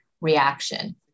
reaction